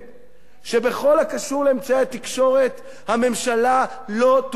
שבכל הקשור לאמצעי התקשורת הממשלה לא תוכל להתערב.